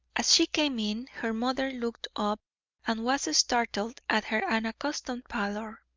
as she came in her mother looked up and was startled at her unaccustomed pallor.